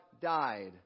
died